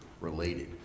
related